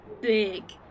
big